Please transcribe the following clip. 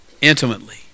intimately